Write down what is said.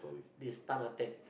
this tan ah teck